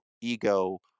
ego